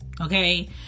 Okay